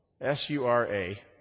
S-U-R-A